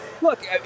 look